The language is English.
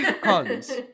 cons